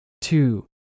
two